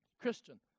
Christian